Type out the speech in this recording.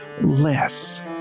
less